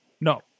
No